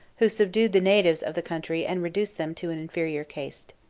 who subdued the natives of the country and reduced them to an inferior caste.